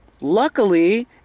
luckily